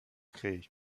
créés